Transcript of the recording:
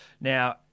Now-